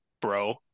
bro